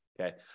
okay